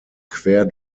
quer